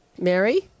Mary